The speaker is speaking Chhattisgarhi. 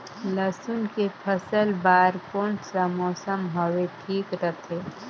लसुन के फसल बार कोन सा मौसम हवे ठीक रथे?